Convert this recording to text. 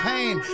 Pain